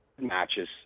matches